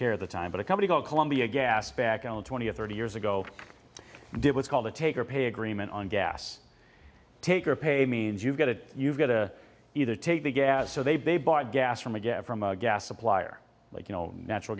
care at the time but a company called columbia gas back on the twenty or thirty years ago did what's called the take or pay agreement on gas take or pay a means you've got to you've got to either take the gas so they buy gas from a get from a gas supplier like you know natural